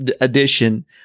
edition